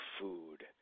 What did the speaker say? food